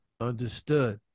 Understood